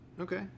Okay